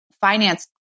finance